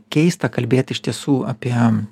keista kalbėt iš tiesų apie